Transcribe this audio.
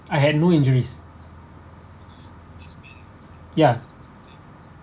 I had no injuries ya